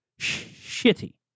shitty